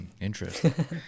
Interesting